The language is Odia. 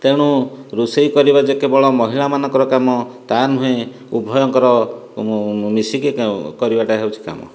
ତେଣୁ ରୋଷେଇ କରିବା ଯେ କେବଳ ମହିଳା ମାନଙ୍କ ର କାମ ତାହା ନୁହେଁ ଉଭୟଙ୍କର ମିଶିକି କରିବାଟା ହେଉଛି କାମ